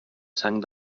sang